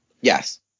Yes